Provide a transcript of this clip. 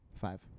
Five